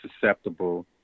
susceptible